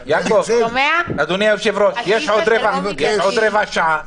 אדוני היושב-ראש, יש עוד רבע שעה.